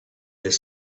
their